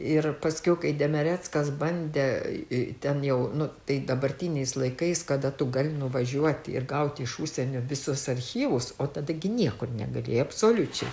ir paskiau kai demereckas bandė ten jau nu tai dabartiniais laikais kada tu gali nuvažiuoti ir gauti iš užsienio visus archyvus o tada gi niekur negalėjai absoliučiai